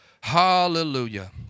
Hallelujah